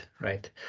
right